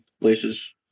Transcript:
places